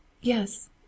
Yes